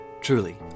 Truly